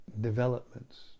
developments